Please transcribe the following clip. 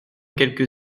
quelque